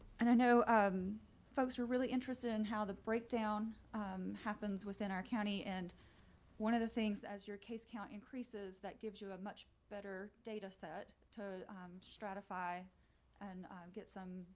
and i know folks are really interested in how the breakdown happens within our county. and one of the things as your case count increases, that gives you a much better data set to stratify and get some